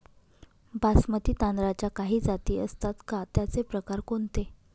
बासमती तांदळाच्या काही जाती असतात का, त्याचे प्रकार कोणते?